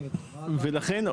מר שטאובר, המדינה